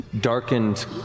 darkened